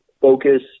focus